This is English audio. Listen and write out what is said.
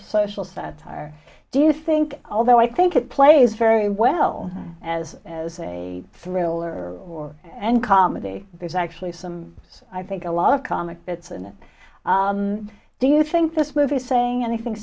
social satire do you think although i think it plays very well as as a thriller or and comedy there's actually some i think a lot of comic bits in it do you think this movie saying anything